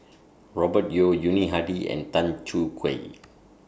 Robert Yeo Yuni Hadi and Tan Choo Kai